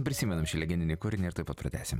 prisimenam šį legendinį kūrinį ir tuoj pat pratęsim